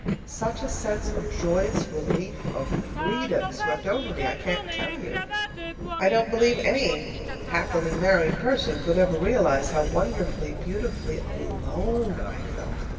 such a sense of joyous relief, of freedom, swept over me! i can't tell you i don't believe any happily married person could ever realize how wonderfully, beautifully alone i felt.